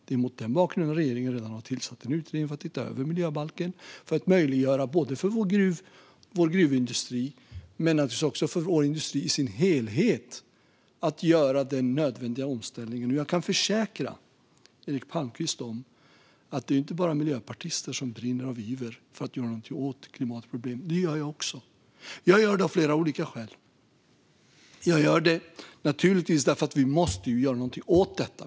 Det är mot denna bakgrund som regeringen redan har tillsatt en utredning för att titta över miljöbalken för att möjliggöra för vår gruvindustri men också för vår industri i dess helhet att göra den omställning som är nödvändig. Jag kan försäkra Eric Palmqvist om att det inte bara är miljöpartister som brinner av iver att göra något åt klimatproblemen. Det gör jag också. Jag gör det av flera skäl. Jag gör det naturligtvis därför att vi måste göra något åt detta.